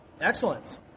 Excellent